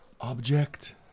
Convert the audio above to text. object